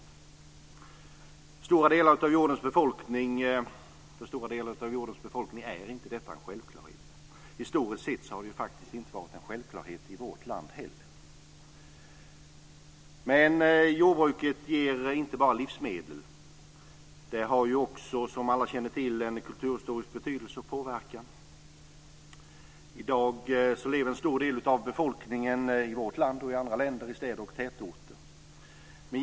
För stora delar av jordens befolkning är detta inte en självklarhet. Historiskt har det faktiskt inte heller i vårt land varit en självklarhet. Jordbruket ger inte bara livsmedel. Som alla känner till har det också kulturhistorisk betydelse och påverkan. I dag lever en stor del av befolkningen i vårt land, liksom i andra länder, i städer och tätorter.